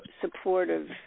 supportive